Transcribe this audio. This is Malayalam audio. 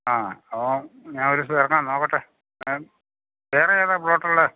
ആ അപ്പോൾ ഞാൻ ഒരു ദിവസം ഇറങ്ങാം നോക്കട്ടെ വേറെ ഏതാ പ്ലോട്ടുള്ളത്